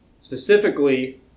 specifically